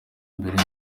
imbere